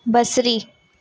बसरी